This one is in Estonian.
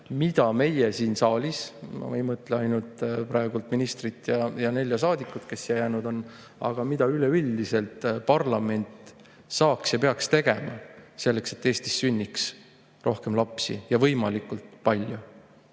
mida meie siin saalis – ma ei mõtle praegu ministrit ja nelja saadikut, kes siia jäänud on –, mida üleüldiselt parlament saaks teha ja peaks tegema, et Eestis sünniks rohkem lapsi, võimalikult palju.